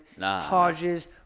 Hodges